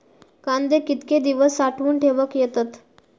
कांदे कितके दिवस साठऊन ठेवक येतत?